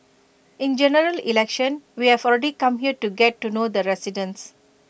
in generally election we have already come here to get to know the residents